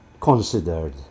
considered